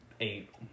eight